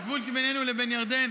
הגבול שבינינו לבין ירדן,